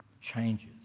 changes